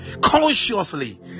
consciously